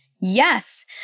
Yes